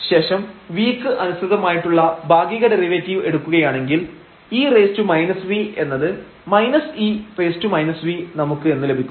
ശേഷം v ക്ക് അനുസൃതമായിട്ടുള്ള ഭാഗിക ഡെറിവേറ്റീവ് എടുക്കുകയാണെങ്കിൽ e vഎന്നത് e v നമുക്ക് എന്ന് ലഭിക്കും